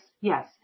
yes